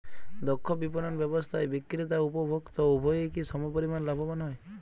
দক্ষ বিপণন ব্যবস্থায় বিক্রেতা ও উপভোক্ত উভয়ই কি সমপরিমাণ লাভবান হয়?